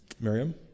Miriam